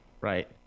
Right